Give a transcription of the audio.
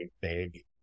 big